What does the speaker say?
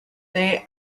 they